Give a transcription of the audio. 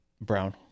brown